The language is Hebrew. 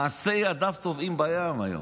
מעשי ידיו טובעים בים היום,